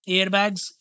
Airbags